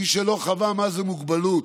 מי שלא חווה מה זה מוגבלות